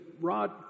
Rod